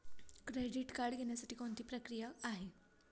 Credit card घेण्यासाठी कोणती प्रक्रिया आहे?